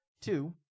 Two